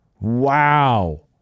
Wow